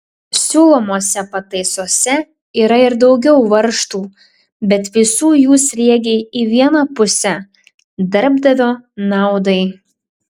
siūlomose pataisose yra ir daugiau varžtų bet visų jų sriegiai į vieną pusę darbdavio naudai